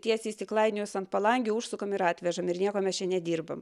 tiesiai į stiklainius ant palangių užsukam ir atvežam ir nieko mes čia nedirbam